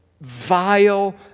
vile